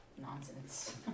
Nonsense